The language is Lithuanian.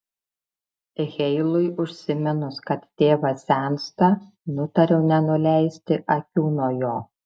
heilui užsiminus kad tėvas sensta nutariau nenuleisti akių nuo jo